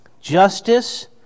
justice